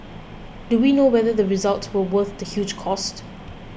do we know whether the results were worth the huge cost